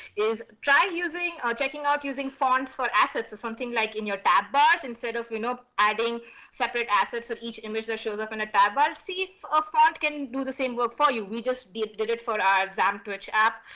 is try using or checking out using fonts for assets or something like in your tab bars instead of you know adding separate assets of each investor shows up in a tab bar. see if a font can do the same work for you. we just did did it for our xam-twitch app.